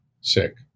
sick